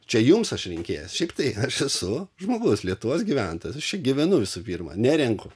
čia jums aš rinkėjas šitai aš esu žmogus lietuvos gyventojas aš čia gyvenu visų pirma nerenku